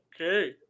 Okay